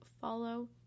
follow